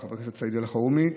חבר הכנסת סעיד אלחרומי.